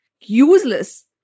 useless